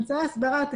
אמצעי הסברה,